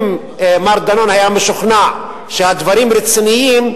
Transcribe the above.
אם מר דנון היה משוכנע שהדברים רציניים,